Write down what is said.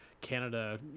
canada